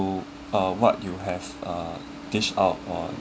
to uh what you have uh teach out on